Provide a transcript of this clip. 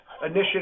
initiative